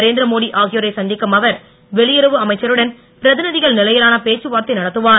நரேந்திரமோடி ஆகியோரை சந்திக்கும் அவர் வெளியுறவு அமைச்சருடன் பிரதிநிதிகள் நிலையிலான பேச்சுவார்த்தை நடத்துவார்